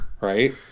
right